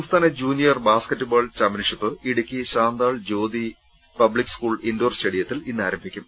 സംസ്ഥാന junior basketball championship Idukki Shantal Jyothi public school indoor സ്റ്റേഡിയത്തിൽ ഇന്ന് ആരംഭി ക്കും